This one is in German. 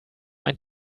ein